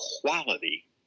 quality